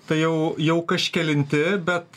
tai jau jau kažkelinti bet